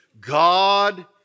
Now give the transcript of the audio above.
God